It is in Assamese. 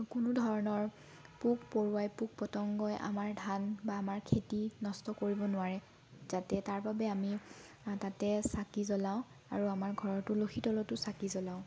কোনোধৰণৰ পোক পৰুৱাই পোক পতংগই আমাৰ ধান বা আমাৰ খেতি নষ্ট কৰিব নোৱাৰে যাতে তাৰ বাবে আমি তাতে চাকি জ্বলাও আৰু আমাৰ ঘৰৰ তুলসীৰ তলতো চাকি জ্বলাও